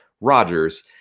Rodgers